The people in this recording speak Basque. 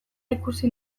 ikusi